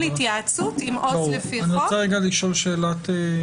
של התייעצות עם עובד סוציאלי לפי חוק.